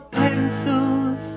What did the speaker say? pencils